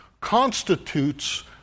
constitutes